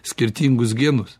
skirtingus genus